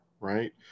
right